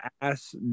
ass